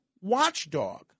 watchdog